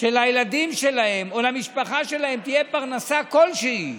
שלילדים שלהם או למשפחה שלהם תהיה פרנסה כלשהי,